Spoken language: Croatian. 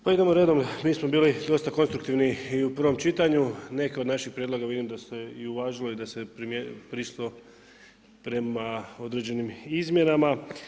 Pa idemo redom, mi smo bili dosta konstruktivni i u prvom čitanju, neke od naših prijedloga vidim da se i uvažilo i da se prišlo prema određenim izmjenama.